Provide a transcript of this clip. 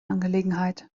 angelegenheit